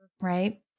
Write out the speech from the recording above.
Right